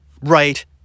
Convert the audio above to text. right